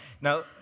Now